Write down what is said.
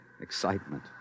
excitement